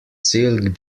silk